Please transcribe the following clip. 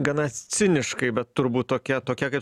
gana ciniškai bet turbūt tokia tokia kaip